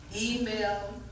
email